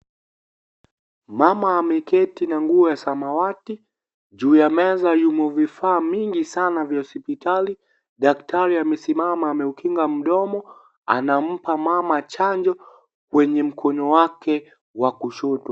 Mama ameketi na nguo ya samawati. Juu ya meza yumo vifaa mingi sana vya hospitali. Daktari amesimama ameukinga mdomo. Anampa mama chanjo kwenye mkono wake wa kushoto.